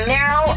now